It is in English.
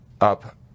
up